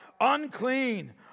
Unclean